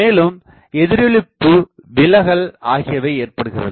மேலும் எதிரொலிப்பு விலகல் ஆகியவை ஏற்படுகிறது